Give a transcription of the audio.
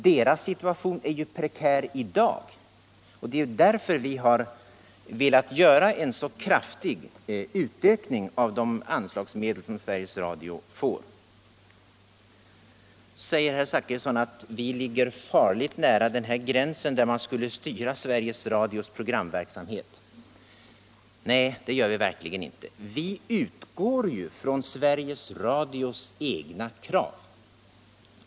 Deras situation är prekär i dag, och det är därför vi har velat göra en så kraftig uppräkning av de anstlagsmedel Sveriges Radio får. Herr Zachrisson säger att vi ligger farligt nära gränsen för att styra Sveriges Radios programverksamhet. Nej, det gör vi verkligen inte. Vi utgår från Sveriges Radios egna krav.